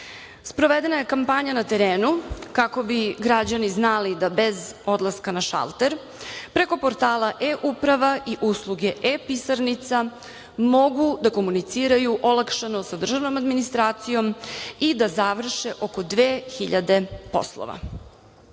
gradova. Sprovedena je kampanja na terenu kako bi građani znali da bez odlaska na šalter preko portala e-uprava i usluge e-pisarnica mogu da komuniciraju olakšano sa državnom administracijom i da završe oko 2000 poslova. Naš